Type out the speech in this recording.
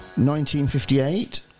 1958